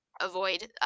avoid